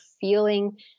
feeling